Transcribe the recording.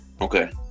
Okay